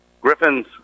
Griffin's